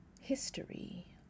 history